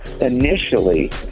Initially